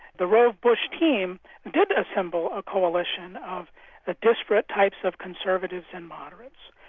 the rove-bush team did assemble a coalition of the disparate types of conservatives and moderates.